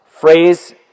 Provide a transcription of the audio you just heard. phrase